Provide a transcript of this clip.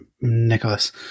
Nicholas